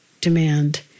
demand